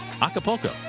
Acapulco